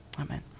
amen